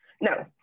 No